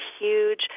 huge